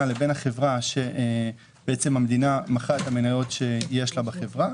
לבין החברה שהמדינה מכרה את המניות שיש לה בה,